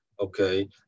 okay